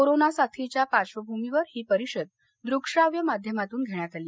corona साथीच्या पार्श्वभूमीवर ही परिषद दृकश्राव्य माध्यमातून घेण्यात आली